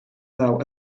now